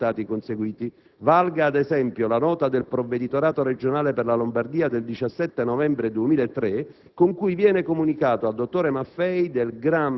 ma altresì la rilevanza quantomeno di alcuni risultati conseguiti. Valga ad esempio la nota del Provveditorato regionale per la Lombardia del 17 novembre 2003